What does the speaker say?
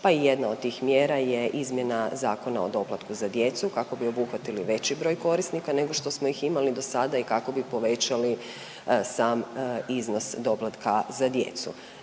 pa i jedna od tih mjera je izmjena Zakona o doplatku za djecu kako bi obuhvatili veći broj korisnika nego što smo ih imali dosada i kako bi povećali sam iznos doplatka za djecu.